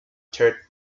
third